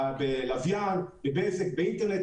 בלוויין, בבזק, באינטרנט.